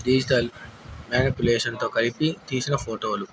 digital మ్యానిపులేషన్తో కలిపి తీసిన ఫోటోలు